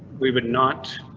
we would not.